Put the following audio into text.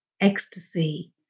ecstasy